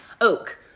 oak